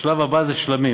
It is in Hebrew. השלב הבא זה שלמים.